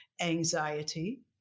anxiety